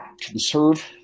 conserve